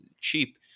cheap